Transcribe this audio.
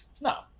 No